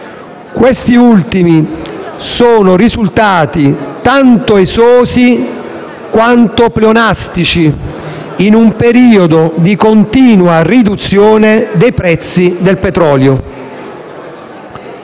Questi ultimi sono risultati tanto esosi quanto pleonastici, in un periodo di continua riduzione dei prezzi del petrolio.